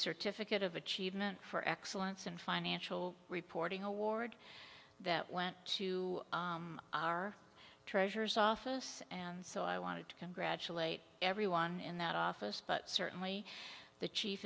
certificate of achievement for excellence and financial reporting award that went to our treasures office and so i wanted to congratulate everyone in that office but certainly the chief